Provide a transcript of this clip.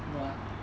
no ah